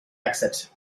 exit